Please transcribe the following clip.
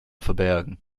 verbergen